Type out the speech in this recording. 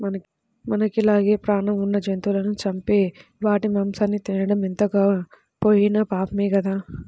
మనకి లానే పేణం ఉన్న జంతువులను చంపి వాటి మాంసాన్ని తినడం ఎంతగాకపోయినా పాపమే గదా